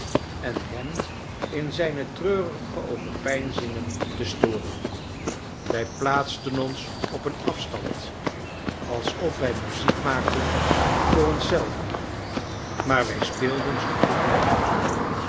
en hem in zijne treurige overpeinzingen te storen wij plaatsten ons op een afstand alsof wij muziek maakten voor ons zelven maar wij speelden zoo goed mogelijk